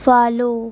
follow